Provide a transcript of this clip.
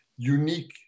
unique